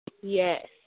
Yes